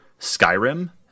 Skyrim